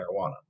marijuana